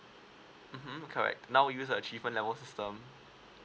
mmhmm correct now we use a achievement level system